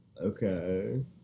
Okay